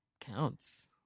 counts